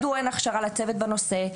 מדוע אין הכשרה לצוות בנושא,